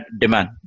demand